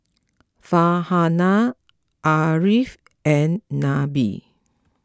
Farhanah Ariff and Nabil